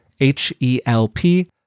H-E-L-P